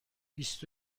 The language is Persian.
بیست